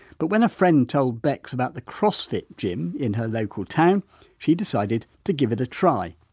but when a friend told bex about the crossfit gym in her local town she decided to give it a try.